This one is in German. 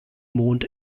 mond